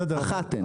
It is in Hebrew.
אחת אין.